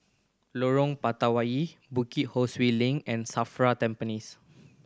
Lorong Batawi Bukit Ho Swee Link and SAFRA Tampines